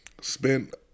Spent